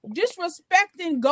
disrespecting